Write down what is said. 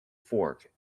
fork